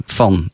van